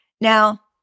Now